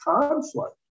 conflict